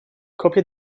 copia